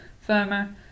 firmer